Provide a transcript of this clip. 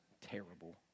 terrible